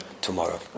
tomorrow